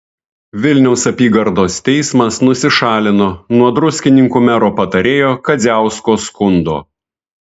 vilniaus apygardos teismas nusišalino nuo druskininkų mero patarėjo kadziausko skundo